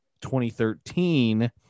2013